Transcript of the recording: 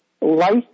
life